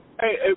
Hey